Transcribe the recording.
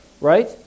Right